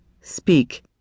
speak